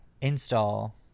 install